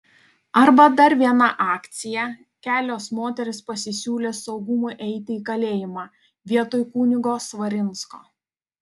arba dar viena akcija kelios moterys pasisiūlė saugumui eiti į kalėjimą vietoj kunigo svarinsko